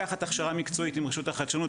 לקחת הכשרה מקצועית של רשות החדשנות,